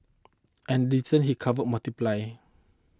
and distances he covered multiplied